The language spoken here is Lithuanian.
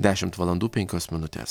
dešimt valandų penkios minutės